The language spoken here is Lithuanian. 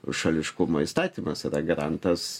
šališkumo įstatymas yra garantas